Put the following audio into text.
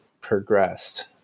progressed